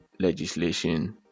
legislation